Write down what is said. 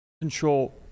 control